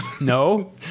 no